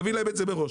להביא להם את זה מראש.